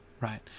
right